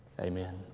Amen